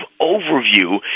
overview